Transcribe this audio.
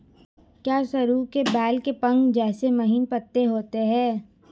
क्या सरु के बेल के पंख जैसे महीन पत्ते होते हैं?